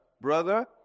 brother